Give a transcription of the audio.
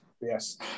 Yes